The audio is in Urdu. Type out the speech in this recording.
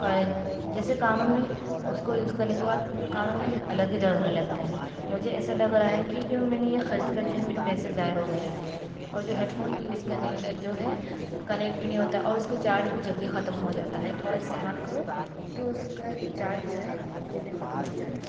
اور جیسے کانوں میں اس کو یوز کرنے کے بعد کانوں میں الگ ہی درد ہونے لگتا ہے مجھے ایسا لگ رہا ہے کہ کہ میں نے یہ خرید کر جو ہے میرے پیسے ضائع ہو گئے ہیں اور جو ہیڈ فون یوز کرنے جو ہے کنیکٹ بھی نہیں ہوتا ہے اور اس کا چارج بھی جلدی ختم ہو جاتا ہے تھوڑا استعمال کرو تو اس کا چارج جو ہے جلدی ختم ہو جاتا ہے